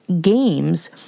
games